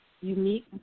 unique